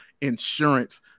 insurance